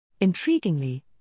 Intriguingly